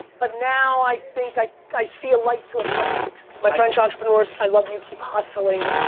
but now, i think i i see a light to a comeback. my french entrepreneurs, i love you. keep hustling.